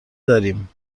داریم